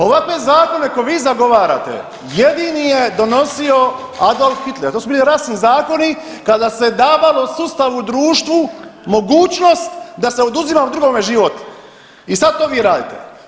Ovakve zakone koje vi zagovarate jedini je donosio Adolf Hitler, to su bili rasni zakoni kada se davalo sustavu i društvu mogućnost da se oduzima drugome život i sad to vi radite.